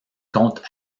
contes